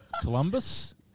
Columbus